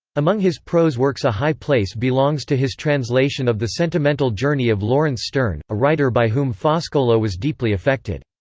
among his prose works a high place belongs to his translation of the sentimental journey of laurence sterne, a writer by whom foscolo was deeply affected.